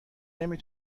نمی